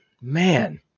man